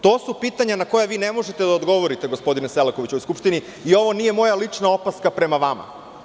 To su pitanja na koja vi ne možete da odgovorite, gospodine Selakoviću, u ovoj Skupštini i ovo nije moja lična opaska prema vama.